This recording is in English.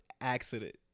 accident